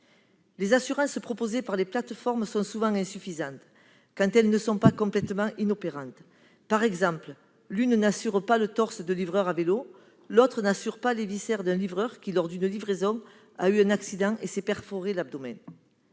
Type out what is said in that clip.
Les assurances proposées par les plateformes sont souvent insuffisantes, quand elles ne sont pas complètement inopérantes : l'une n'assure pas le torse des livreurs à vélo, l'autre pas les viscères d'un livreur qui, accidenté lors d'une livraison, a vu son abdomen perforé ...